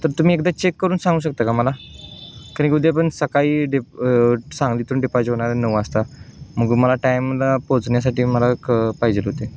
तर तुम्ही एकदा चेक करून सांगू शकता का मला कनिक उद्या पण सकाळी डेप सांगलीतून डिपाचर होणार आहे नऊ वाजता मग मला टाईमला पोचण्यासाठी मला क पाहिजेल होते